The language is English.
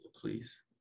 please